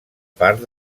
part